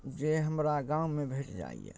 जे हमरा गाममे भेट जाइए